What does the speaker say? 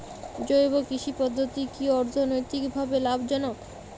জৈব কৃষি পদ্ধতি কি অর্থনৈতিকভাবে লাভজনক?